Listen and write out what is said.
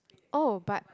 oh but